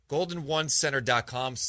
GoldenOneCenter.com